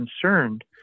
concerned